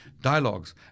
dialogues